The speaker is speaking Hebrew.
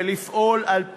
חברי